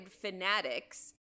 Fanatics